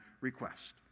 request